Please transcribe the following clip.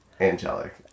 angelic